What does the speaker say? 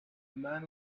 man